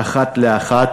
אחת לאחת.